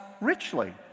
richly